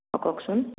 অ' কওকচোন